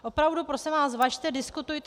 Opravdu, prosím vás, važte, diskutujte.